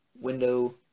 window